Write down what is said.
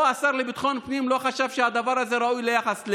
פה השר לביטחון הפנים לא חשב שהדבר הזה ראוי ליחס.